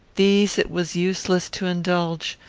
these it was useless to indulge,